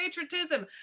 patriotism